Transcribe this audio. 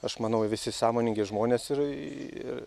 aš manau visi sąmoningi žmonės ir